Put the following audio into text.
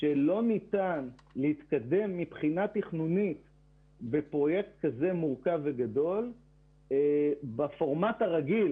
שלא ניתן להתקדם מבחינה תכנונית בפרויקט כזה מורכב וגדול בפורמט הרגיל